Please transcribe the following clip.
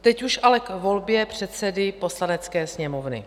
Teď už ale k volbě předsedy Poslanecké sněmovny.